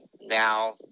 now